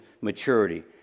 maturity